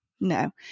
no